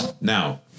Now